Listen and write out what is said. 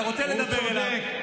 אתה רוצה לדבר אליו?